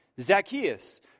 Zacchaeus